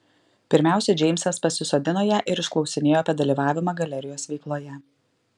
pirmiausia džeimsas pasisodino ją ir išklausinėjo apie dalyvavimą galerijos veikloje